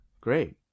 Great